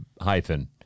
hyphen